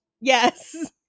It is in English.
Yes